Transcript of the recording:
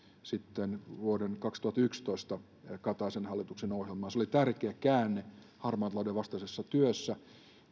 sitten vuoden kaksituhattayksitoista kataisen hallituksen ohjelmaan se oli tärkeä käänne harmaan talouden vastaisessa työssä